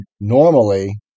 normally